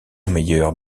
meilleur